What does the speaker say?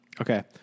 Okay